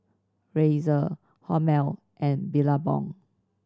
Razer Hormel and Billabong